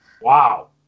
Wow